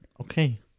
Okay